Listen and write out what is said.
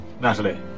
Natalie